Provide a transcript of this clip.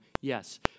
yes